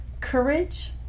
courage